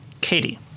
Katie